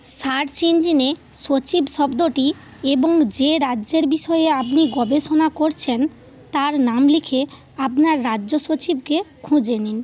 search ইঞ্জিনে সচিব শব্দটি এবং যে রাজ্যের বিষয়ে আপনি গবেষণা করছেন তার নাম লিখে আপনার রাজ্য সচিবকে খুঁজে নিন